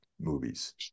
movies